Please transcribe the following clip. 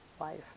life